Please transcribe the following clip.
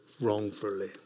wrongfully